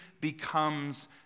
becomes